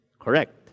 Correct